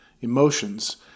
emotions